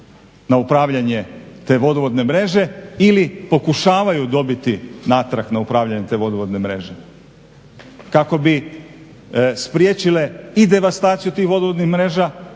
na upravljanje te vodovodne mreže ili pokušavaju dobiti natrag na upravljanje te vodovodne mreže kako bi spriječile i devastaciju tih vodovodnih mreža